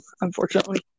unfortunately